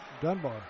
Dunbar